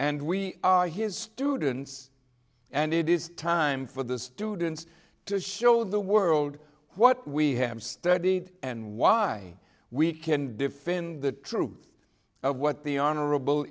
and we are his students and it is time for the students to show the world what we have studied and why we can defend the truth of what the honorable